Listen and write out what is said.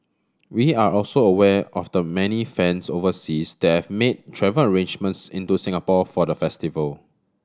we are also aware of the many fans overseas that have made travel arrangements into Singapore for the festival